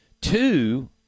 two